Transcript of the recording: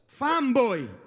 Fanboy